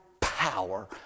power